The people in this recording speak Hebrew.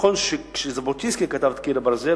נכון שכשז'בוטינסקי כתב את "קיר הברזל",